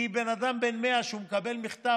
כי כשבן אדם בן 100 מקבל מכתב,